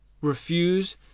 refuse